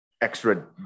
extra